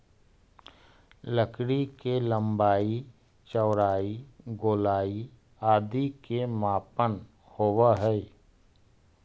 लकड़ी के लम्बाई, चौड़ाई, गोलाई आदि के मापन होवऽ हइ